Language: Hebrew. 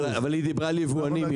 אבל היא דיברה על יבואנים,